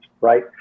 Right